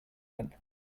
then